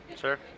Sure